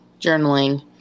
journaling